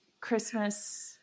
Christmas